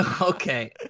Okay